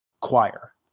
choir